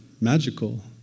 magical